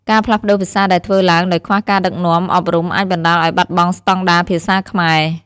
ការផ្លាស់ប្ដូរភាសាដែលធ្វើឡើងដោយខ្វះការដឹកនាំអប់រំអាចបណ្តាលឲ្យបាត់បង់ស្តង់ដារភាសាខ្មែរ។